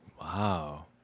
Wow